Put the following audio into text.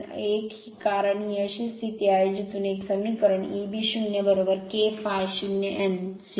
1 कारण ही अशी स्थिती आहे जिथून एक समीकरण Eb 0 K ∅ 0 n 0